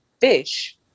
fish